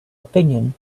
opinion